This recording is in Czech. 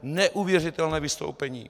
Neuvěřitelné vystoupení.